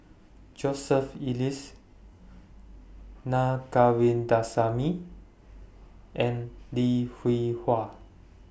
Joseph Elias Naa Govindasamy and Lim Hwee Hua